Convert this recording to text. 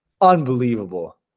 Unbelievable